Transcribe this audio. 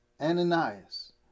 Ananias